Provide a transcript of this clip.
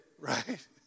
right